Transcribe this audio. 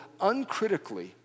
uncritically